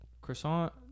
croissant